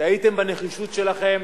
טעיתם בנחישות שלכם,